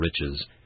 riches